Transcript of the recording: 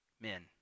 men